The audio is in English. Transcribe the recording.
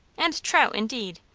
and trout, indeed!